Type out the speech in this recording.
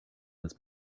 this